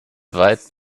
weit